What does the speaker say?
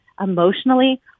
emotionally